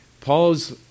Paul's